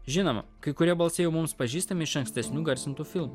žinoma kai kurie balsai jau mums pažįstami iš ankstesnių įgarsintų filmų